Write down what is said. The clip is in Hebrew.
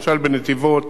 למשל בנתיבות,